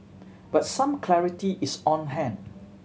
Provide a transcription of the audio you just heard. but some clarity is on hand